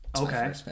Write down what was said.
Okay